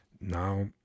Now